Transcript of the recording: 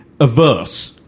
averse